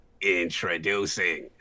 Introducing